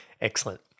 Excellent